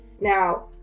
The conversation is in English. now